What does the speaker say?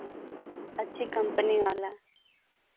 अच्छी कम्पनी वाला